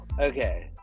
okay